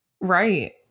right